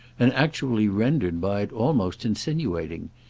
and actually rendered by it almost insinuating.